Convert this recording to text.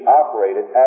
operated